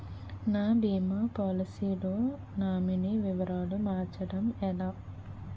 నా భీమా పోలసీ లో నామినీ వివరాలు మార్చటం ఎలా?